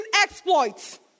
exploits